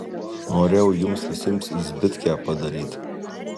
norėjau jums visiems zbitkę padaryti